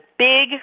Big